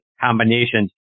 combinations